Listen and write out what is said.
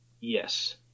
Yes